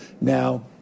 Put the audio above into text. Now